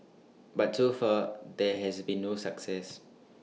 but so far there has been no success